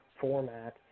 format